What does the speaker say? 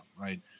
right